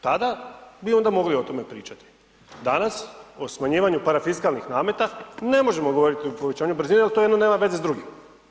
Tada bi onda mogli o tome pričati, danas o smanjivanju parafiskalnih nameta, ne možemo govoriti o povećanju brzine jer to jedno nema veze s drugim.